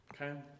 Okay